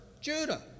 Judah